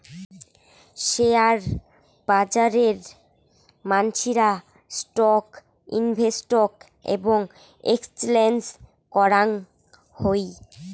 share বাজারে মানসিরা stock invest এবং এক্সচেঞ্জ করাং হই